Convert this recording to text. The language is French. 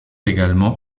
également